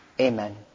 Amen